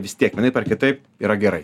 vis tiek vienaip ar kitaip yra gerai